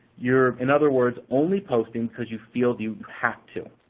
you're, in other words, only posting because you feel you have to.